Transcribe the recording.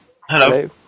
Hello